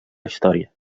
història